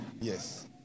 Yes